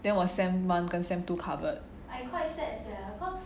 then 我 sem one 跟 sem two covered